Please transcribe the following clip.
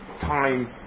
time